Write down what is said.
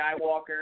Skywalker